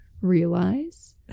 realize